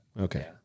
Okay